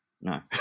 No